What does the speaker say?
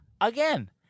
again